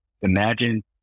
imagine